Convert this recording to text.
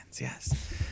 yes